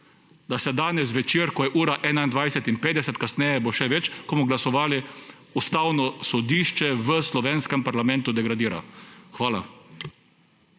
da se danes zvečer, ko je ura 21.50, kasneje bo še več, ko bomo glasovali, Ustavno sodišče v slovenskem parlamentu degradira. Hvala.